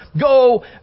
go